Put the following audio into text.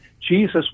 Jesus